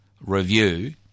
review